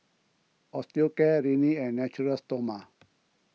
Osteocare Rene and Natura Stoma